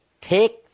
Take